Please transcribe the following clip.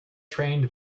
trained